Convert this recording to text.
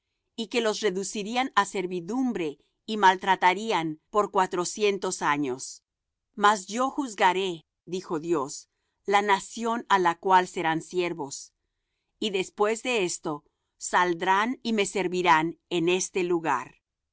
y que los reducirían á servidumbre y maltratarían por cuatrocientos años mas yo juzgaré dijo dios la nación á la cual serán siervos y después de esto saldrán y me servirán en este lugar